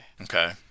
Okay